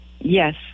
yes